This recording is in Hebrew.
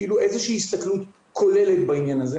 איזושהי הסתכלות כוללת בעניין הזה.